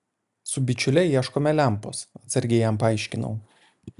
su bičiule ieškome lempos atsargiai jam paaiškinau